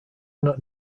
not